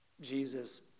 Jesus